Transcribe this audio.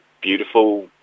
beautiful